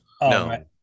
No